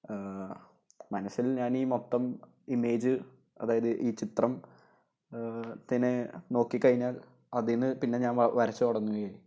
മനസ്സിൽ ഞാനീ മൊത്തം ഇമേജ് അതായത് ഈ ചിത്ര ത്തിനെ നോക്കിക്കഴിഞ്ഞാൽ അതില്നിന്ന് പിന്നെ ഞാൻ വരച്ചുതുടങ്ങുകയായി